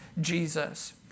Jesus